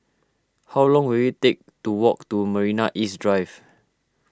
how long will it take to walk to Marina East Drive